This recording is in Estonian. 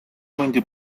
hundi